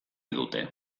dute